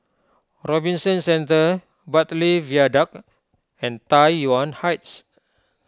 Robinson Centre Bartley Viaduct and Tai Yuan Heights